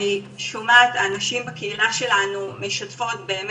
ואני חושבת שצריך א') לחשוב מאוד ברצינות